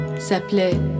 s'appelait